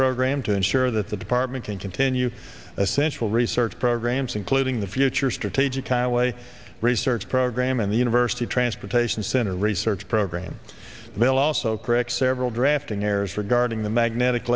program to ensure that the department can continue essential research programs including the future strategic away research program and the university transportation center research program will also correct several drafting errors regarding the magnetic